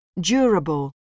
durable